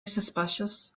suspicious